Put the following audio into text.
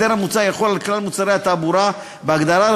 ההסדר המוצע יחול על כלל מוצרי התעבורה,